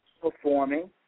performing